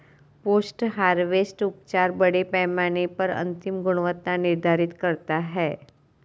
post harvest उपचार बड़े पैमाने पर अंतिम गुणवत्ता निर्धारित करता है